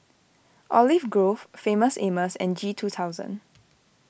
Olive Grove Famous Amos and G two thousand